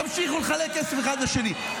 תמשיכו לחלק כסף אחד לשני,